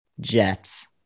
Jets